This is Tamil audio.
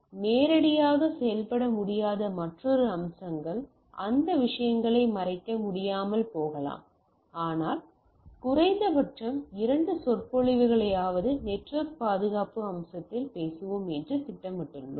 நேரடியாக செயல்பட முடியாத மற்றொரு அம்சங்கள் அந்த விஷயங்களை மறைக்க முடியாமல் போகலாம் ஆனால் குறைந்தபட்சம் இரண்டு சொற்பொழிவுகளையாவது நெட்வொர்க் பாதுகாப்பு அம்சத்தில் பேசுவோம் என்று திட்டமிட்டுள்ளோம்